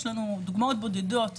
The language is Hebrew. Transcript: יש לנו דוגמאות בודדות,